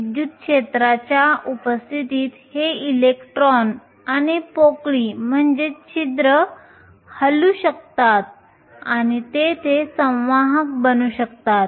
विद्युत क्षेत्राच्या उपस्थितीत हे इलेक्ट्रॉन आणि पोकळी हळु मूव्ह शकतात आणि तेथे संवाहक बनू शकतात